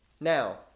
Now